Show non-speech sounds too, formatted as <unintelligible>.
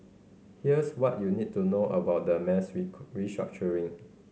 here's what you need to know about the mass <unintelligible> restructuring